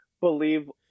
believe